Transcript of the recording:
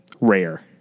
rare